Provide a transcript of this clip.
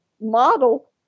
model